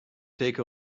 take